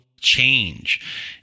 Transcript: change